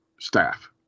staff